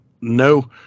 no